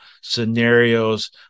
scenarios